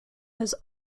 has